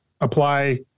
apply